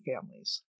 families